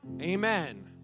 Amen